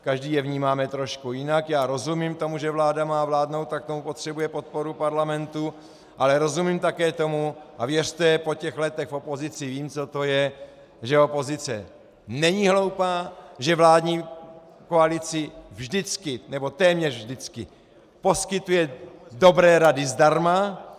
Každý je vnímáme trošku jinak, já rozumím tomu, že vláda má vládnout a k tomu potřebuje podporu parlamentu, ale rozumím také tomu, a věřte, po těch letech v opozici vím, co to je, že opozice není hloupá, že vládní koalici vždycky nebo téměř vždycky poskytuje dobré rady zdarma.